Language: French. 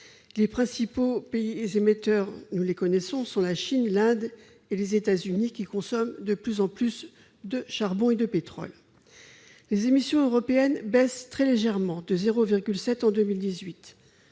Les principaux pays émetteurs sont la Chine, l'Inde et les États-Unis, qui consomment de plus en plus de charbon et de pétrole. Les émissions européennes baissent très légèrement, à hauteur de 0,7 % en 2018.